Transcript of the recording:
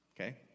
okay